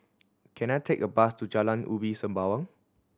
can I take a bus to Jalan Ulu Sembawang